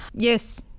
Yes